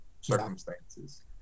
circumstances